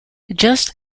just